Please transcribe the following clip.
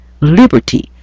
liberty